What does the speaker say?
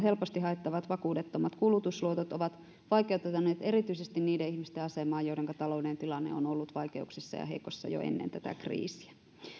helposti haettavat vakuudettomat kulutusluotot ovat vaikeuttaneet erityisesti niiden ihmisten asemaa joidenka talouden tilanne on ollut vaikeuksissa ja heikko jo ennen tätä kriisiä